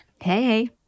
Hey